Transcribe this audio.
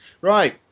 Right